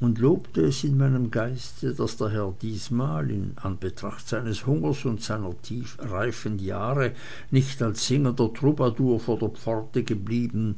und lobte es in meinem geiste daß der herr diesmal in anbetracht seines hungers und seiner reifen jahre nicht als singender troubadour vor der pforte geblieben